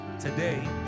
today